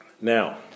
Now